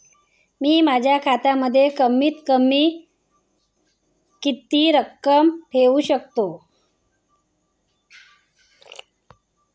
मी माझ्या खात्यात कमीत कमी किती रक्कम ठेऊ शकतो?